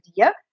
idea